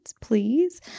please